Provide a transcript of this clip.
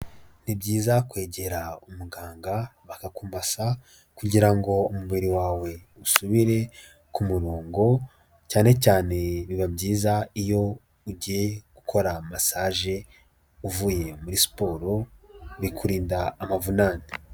Ni byiza kwegera umuganga bakakumasa, kugira ngo umubiri wawe usubire ku murongo, cyane cyane biba byiza iyo ugiye gukora masaje, uvuye muri siporo, bikurinda amavunane.